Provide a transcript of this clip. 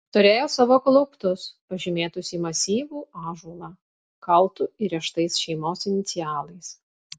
turėjo savo klauptus pažymėtus į masyvų ąžuolą kaltu įrėžtais šeimos inicialais